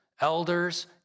elders